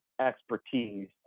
expertise